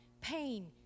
pain